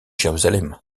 jérusalem